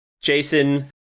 Jason